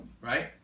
right